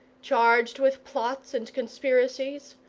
charged with plots and conspiracies,